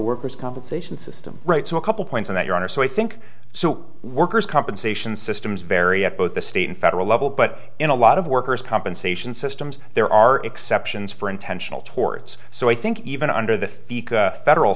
worker's compensation system right so a couple points on that your honor so i think so workers compensation system is very at both the state and federal level but in a lot of workers compensation systems there are exceptions for intentional torts so i think even under the federal